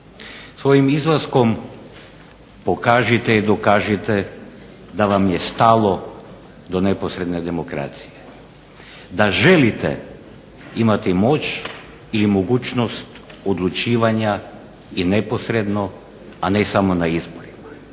Svojim izlaskom pokažite i dokažite da vam je stalo do neposredne demokracije, da želite imati moć ili mogućnost odlučivanja i neposredno, a ne samo na izborima.